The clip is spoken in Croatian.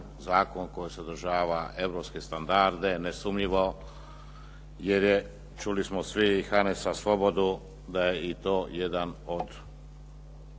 zakon koji sadržava europske standarde nesumnjivo jer je, čuli smo svi Hanesa Svobodu da je i to jedan od